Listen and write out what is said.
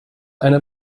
eine